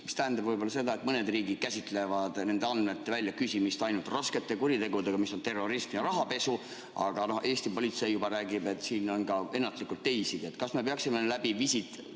mis tähendab võib-olla seda, et mõned riigid käsitlevad nende andmete väljaküsimist ainult raskete kuritegude korral, milleks on terrorism ja rahapesu, aga Eesti politsei juba räägib, et siin on teisigi. Kas me peaksime läbi Visit